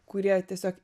kurie tiesiog